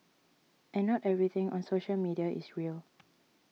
and not everything on social media is real